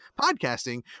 podcasting